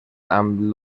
amb